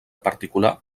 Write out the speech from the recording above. particular